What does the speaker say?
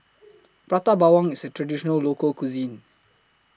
Prata Bawang IS A Traditional Local Cuisine